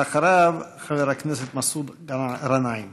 ואחריו, חבר הכנסת מסעוד גנאים.